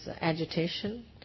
agitation